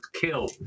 kill